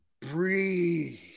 Breathe